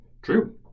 True